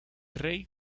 rey